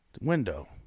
window